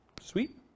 Sweet